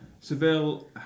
Seville